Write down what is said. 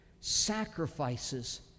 sacrifices